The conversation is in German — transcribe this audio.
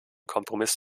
kompromiss